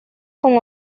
con